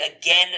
again